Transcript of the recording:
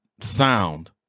sound